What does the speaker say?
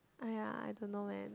!aiya! I don't know leh